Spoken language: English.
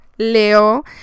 Leo